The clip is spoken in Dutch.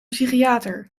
psychiater